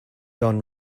don